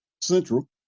Central